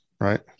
right